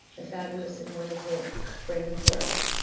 the fabulous and wonderful brendan burke,